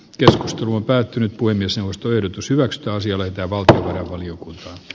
keskustelu on päättynyt kuin missä ostoyritys hyvä kausi ole itävalta on liukunut